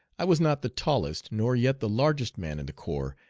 i was not the tallest, nor yet the largest man in the corps,